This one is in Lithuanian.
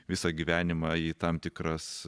visą gyvenimą į tam tikras